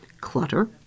clutter